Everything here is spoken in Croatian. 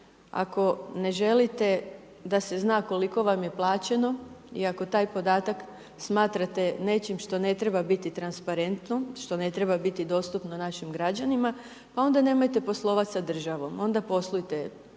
Ako ne želite da se zna koliko vam je plaćeno, iako taj podatak smatrate nečim što ne treba biti transparentno, što ne treba biti dostupno našim građanima, pa onda nemojte poslovati sa državom, onda poslujte u